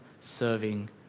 serving